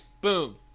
Boom